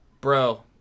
Bro